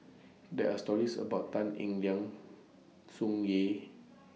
There Are stories about Tan Eng Liang Tsung Yeh